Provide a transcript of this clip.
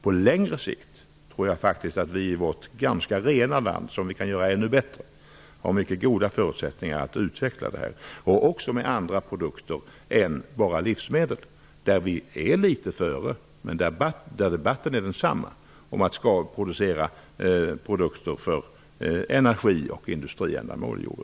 På längre sikt tror jag faktiskt att vi i vårt ganska rena land, som vi kan göra ännu bättre, har goda förutsättningar att utveckla vår produktion även av andra produkter än livsmedel i jordbruket, t.ex. produkter för energi och industriändamål. Här ligger vi litet före, men debatten är densamma.